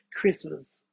Christmas